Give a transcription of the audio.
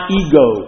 ego